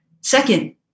Second